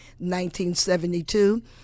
1972